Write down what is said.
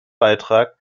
beitrag